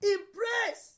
Impress